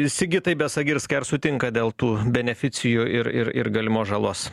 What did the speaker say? sigitai besagirskai ar sutinkat dėl tų beneficijų ir ir ir galimos žalos